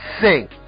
sing